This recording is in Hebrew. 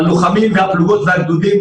הלוחמים והפלוגות והגדודים,